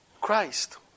Christ